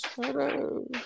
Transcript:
Hello